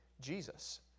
Jesus